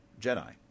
Jedi